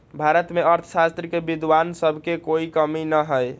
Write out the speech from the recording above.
भारत में अर्थशास्त्र के विद्वान सब के कोई कमी न हई